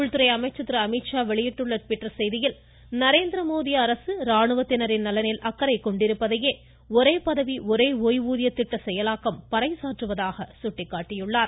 உள்துறை அமைச்சர் திரு அமீத்ஷா வெளியிட்டுள்ள ட்விட்டர் செய்தியில் நரேந்திர மோடி அரசு ராணுவத்தினாின் நலனில் அக்கறை கொண்டிருப்பதையே ஒரே பதவி ஒரே ஒய்வூதியம் திட்ட செயலாக்கம் பறைசாற்றுவதாக சுட்டிக்காட்டினார்